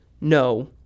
no